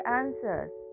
answers